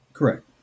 Correct